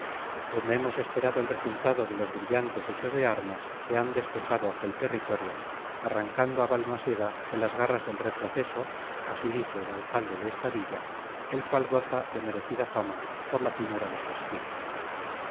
donde hemos esperado el resultado de los brillantes hechos de armas que han despejado aquel territorio arrancando a balmaseda de las garras del retroceso así dice el alcalde de esta villa el cual goza de merecida fama por la finura de su estilo a la salida de villarcayo me encontré a baldomero con quien charlé como una media hora de